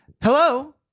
Hello